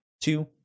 two